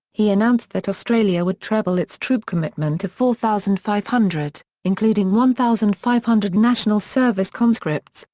he announced that australia would treble its troop commitment to four thousand five hundred, including one thousand five hundred national service conscripts,